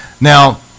Now